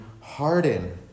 harden